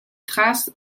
thrace